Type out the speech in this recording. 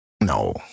no